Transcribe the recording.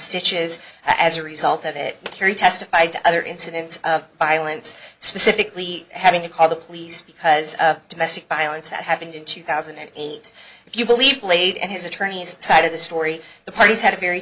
stitches as a result of it kerry testified to other incidents of violence specifically having to call the police because of domestic violence that happened in two thousand and eight if you believe played in his attorney's side of the story the parties had a very